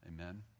amen